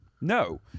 No